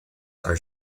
are